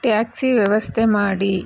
taxi ವ್ಯವಸ್ಥೆ ಮಾಡಿ